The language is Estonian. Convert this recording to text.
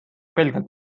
pelgalt